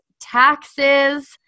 taxes